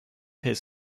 his